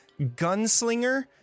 gunslinger